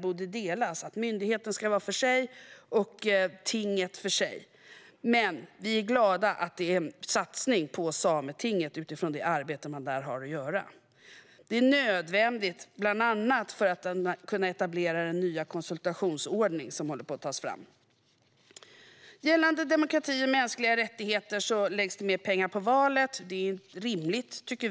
borde delas upp så att myndigheten är för sig och tinget för sig. Men vi är glada att det görs en satsning på Samtinget med tanke på det arbete man där har att göra. Det är nödvändigt, bland annat för att kunna etablera den nya konsultationsordning som håller på att tas fram. Eftersom det är val nästa år är det rimligt att det läggs mer pengar på området demokrati och mänskliga rättigheter.